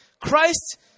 Christ